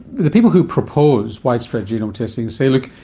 the people who propose widespread genome testing say, look,